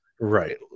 Right